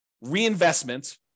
reinvestment